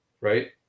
right